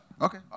Okay